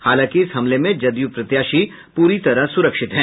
हालांकि इस हमले में जदयू प्रत्याशी सुरक्षित हैं